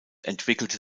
entwickelte